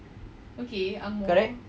correct